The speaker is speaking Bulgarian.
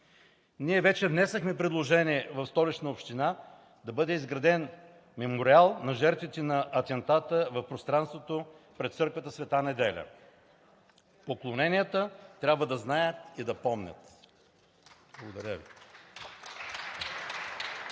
Ние вече внесохме предложение в Столична община да бъде изграден мемориал на жертвите на атентата в пространството пред църквата „Св. Неделя“. Поколенията трябва да знаят и да помнят. Благодаря Ви.